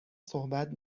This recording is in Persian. صحبت